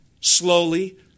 Slowly